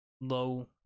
low